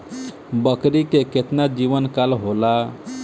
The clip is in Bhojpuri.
बकरी के केतना जीवन काल होला?